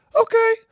okay